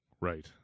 Right